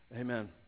Amen